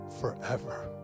forever